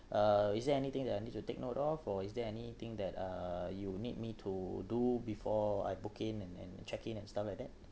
uh is there anything that I need to take note of or is there anything that uh you need me to do before I book in and and check in and stuff like that